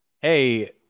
hey